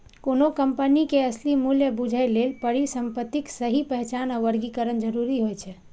कोनो कंपनी के असली मूल्य बूझय लेल परिसंपत्तिक सही पहचान आ वर्गीकरण जरूरी होइ छै